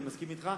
אני מסכים אתך,